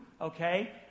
Okay